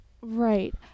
right